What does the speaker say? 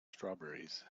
strawberries